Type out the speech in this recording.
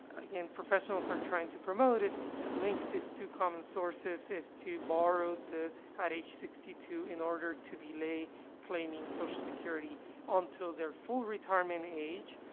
again, professionals are trying to promote is that links this to common sources is to borrow the at age sixty two in order to delay claiming social security until their full retirement age,